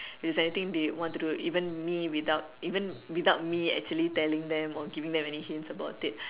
is anything they what to do even me without even without me actually telling them or giving them any hints about it